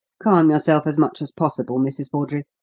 calm yourself as much as possible, mrs. bawdrey.